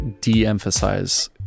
de-emphasize